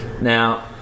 Now